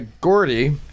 Gordy